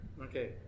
okay